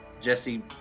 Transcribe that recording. Jesse